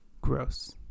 gross